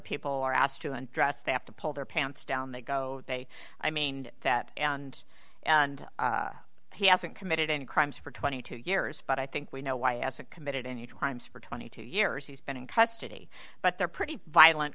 people are asked to undress they have to pull their pants down they go hey i mean that and he hasn't committed any crimes for twenty two years but i think we know why as a committed any crimes for twenty two years he's been in custody but they're pretty violent